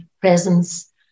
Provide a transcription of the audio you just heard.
presence